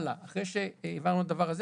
אחרי שהעברנו את הדבר הזה,